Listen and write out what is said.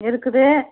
இருக்குது